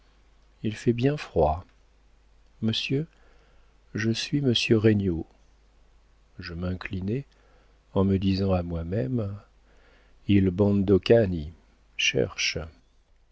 il fait bien froid monsieur je suis monsieur regnault je m'inclinai en me disant à moi-même il bondo cani cherche